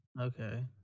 Okay